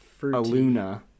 Aluna